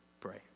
pray